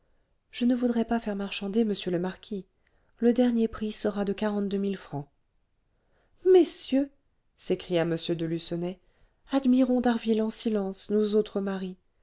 je ne voudrais pas faire marchander monsieur le marquis le dernier prix sera de quarante-deux mille francs messieurs s'écria m de lucenay admirons d'harville en silence nous autres maris